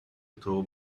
throw